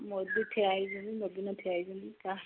ମୋଦୀ ଠିଆ ହେଇଛନ୍ତି ନବୀନ ଠିଆ ହେଇଛନ୍ତି ତାହା